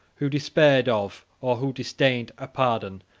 who despaired of, or who disdained, a pardon,